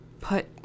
put